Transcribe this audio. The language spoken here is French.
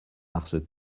parce